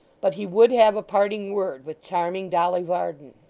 but he would have a parting word with charming dolly varden.